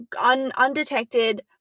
undetected